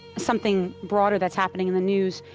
something broader that's happening in the news,